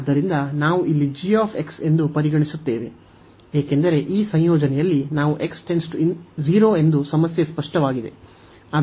ಆದ್ದರಿಂದ ನಾವು ಇಲ್ಲಿ g ಎಂದು ಪರಿಗಣಿಸುತ್ತೇವೆ ಏಕೆಂದರೆ ಈ ಸಂಯೋಜನೆಯಲ್ಲಿ ನಾವು x → 0 ಎಂದು ಸಮಸ್ಯೆ ಸ್ಪಷ್ಟವಾಗಿದೆ